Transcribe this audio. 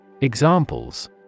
Examples